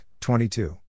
22